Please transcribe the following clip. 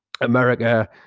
america